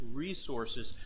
resources